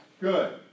Good